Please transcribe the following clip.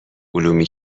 علومی